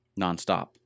Nonstop